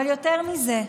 אבל יותר מזה,